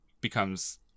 becomes